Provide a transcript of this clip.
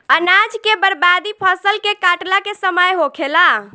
अनाज के बर्बादी फसल के काटला के समय होखेला